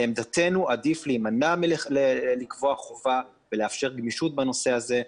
עמדתנו היא שעדיף להימנע מלקבוע חובה ולאפשר גמישות בנושא הזה.